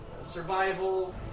survival